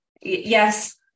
Yes